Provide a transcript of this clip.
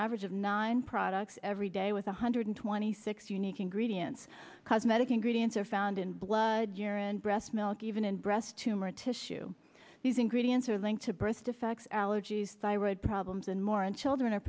average of nine products every day with one hundred twenty six unique ingredients cosmetic ingredients are found in blood urine breastmilk even in breast tumor tissue these ingredients are linked to birth defects allergies thyroid problems and more in children are